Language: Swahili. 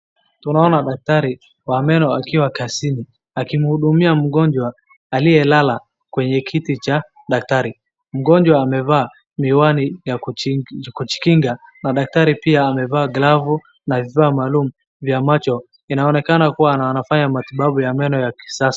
Tunaona daktari wa meno akiwa kazini akimhudumia mgonjwa aliyelala kwenye kiti cha daktari. Mgonjwa amevaa miwani ya kujikinga na daktari pia amevaa glavu na miwani ya macho, anaonekana kuwa anafanya matibabu ya meno ya kisasa.